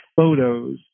photos